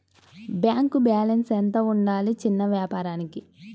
Bank balance ఎంత ఉండాలి చిన్న వ్యాపారానికి?